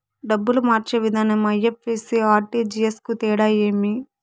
డబ్బులు మార్చే విధానం ఐ.ఎఫ్.ఎస్.సి, ఆర్.టి.జి.ఎస్ కు తేడా ఏమి?